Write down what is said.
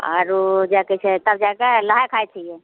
आरु तब जाए कऽ छै नहाए खाए छियै